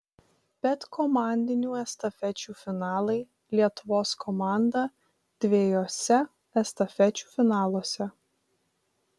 bet komandinių estafečių finalai lietuvos komanda dviejuose estafečių finaluose